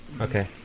Okay